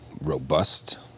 robust